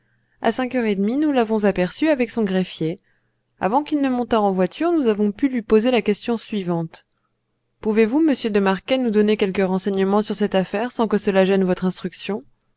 à cinq heures et demie nous l'avons aperçu avec son greffier avant qu'il ne montât en voiture nous avons pu lui poser la question suivante pouvez-vous monsieur de marquet nous donner quelque renseignement sur cette affaire sans que cela gêne votre instruction